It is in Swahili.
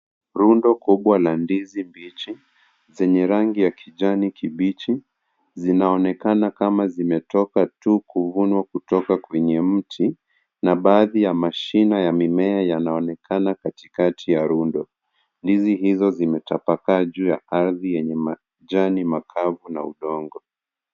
Rundo kubwa la ndizi mbichi zenye rangi ya kijani kibichi zinaonekana kama zimetoka tu kuvunwa kutoka kwenye mti na baadhi ya mashina ya mimea yanaonekana katikakati ya rundo. Ndizi hizo zimetapakaa juu ya ardhi yenye majani makavu na udongo.